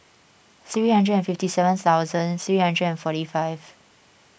three hundred and fifty seven thousand three hundred and forty five